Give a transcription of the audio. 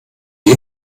die